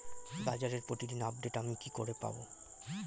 বাজারের প্রতিদিন আপডেট আমি কি করে পাবো?